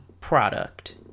product